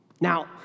Now